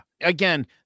again